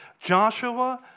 Joshua